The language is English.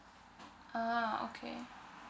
ah okay